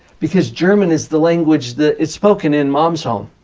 because german is the language that is spoken in mom's home,